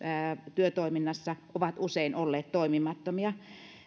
työtoiminnassa ovat usein olleet toimimattomia